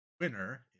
Winner